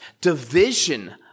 division